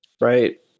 right